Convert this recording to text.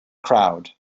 crowd